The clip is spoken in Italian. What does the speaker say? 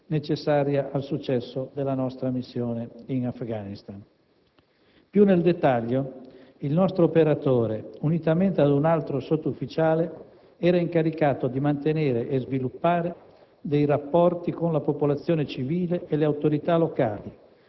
necessaria al successo della nostra missione in Afghanistan. Più nel dettaglio, il nostro operatore, unitamente ad un altro sottufficiale, era incaricato di mantenere e sviluppare dei rapporti con la popolazione civile e le autorità locali